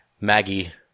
Maggie